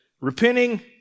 repenting